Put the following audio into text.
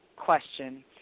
question